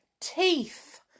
teeth